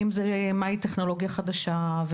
מהי טכנולוגיה חדשה,